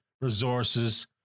resources